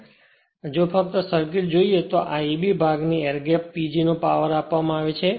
તેથી જો ફક્ત સર્કિટજોઈએ તો આ ab ભાગને એરગેપ PG નો પાવર આપવામાં આવે છે